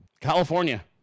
California